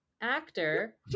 actor